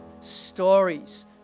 Stories